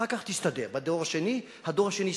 אחר כך תסתדר, בדור השני, הדור השני יסתדר.